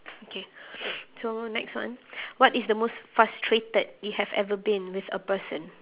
okay so next one what is the most frustrated you have ever been with a person